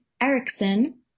Erickson